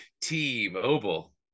T-Mobile